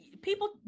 People